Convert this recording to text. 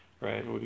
right